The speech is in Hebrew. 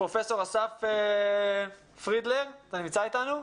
פרופסור אסף פרידלר, אתה נמצא איתנו?